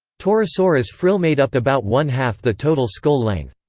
torosaurus frill made up about one-half the total skull length.